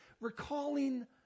recalling